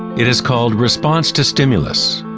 it is called response to stimulus.